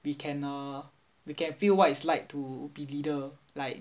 we can err we can feel what it's like to be leader like